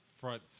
front